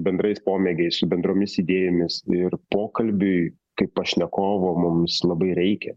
bendrais pomėgiais su bendromis idėjomis ir pokalbiui kai pašnekovo mums labai reikia